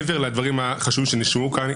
מעבר לדברים החשובים שנשמעו כאן,